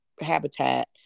habitat